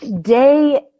Day